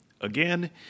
again